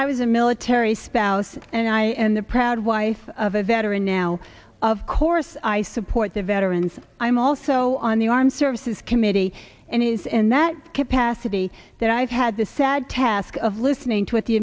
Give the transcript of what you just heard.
i was a military spouse and i and the proud wife of a veteran now of course i support the veterans i'm also on the armed services committee and is in that capacity that i've had the sad task of listening to what the